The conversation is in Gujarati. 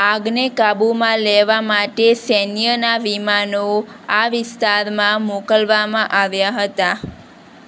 આગને કાબૂમાં લેવા માટે સૈન્યના વિમાનો આ વિસ્તારમાં મોકલવામાં આવ્યા હતા